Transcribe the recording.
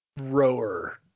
rower